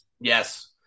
Yes